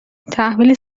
تحویل